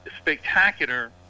spectacular